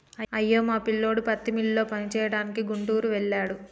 అయ్యో మా పిల్లోడు పత్తి మిల్లులో పనిచేయడానికి గుంటూరు వెళ్ళాడు